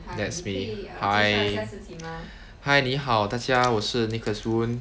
that's me hi hi 你好大家我是 nicholas woon